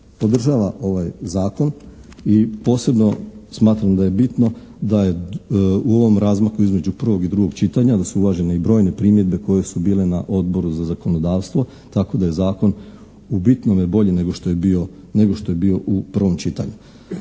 podržava ovaj zakon i posebno smatram da je bitno da je u ovom razmaku između prvog i drugog čitanja da su uvažene i brojne primjedbe koje su bile na Odboru za zakonodavstvo, tako da je zakon u bitnome bolji nego što je bio u prvom čitanju.